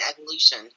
evolution